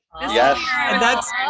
Yes